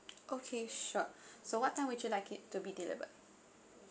okay sure so what time would you like it to be delivered